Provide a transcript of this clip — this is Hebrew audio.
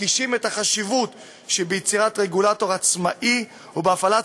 מדגישים את החשיבות שביצירת רגולטור עצמאי ובהפעלת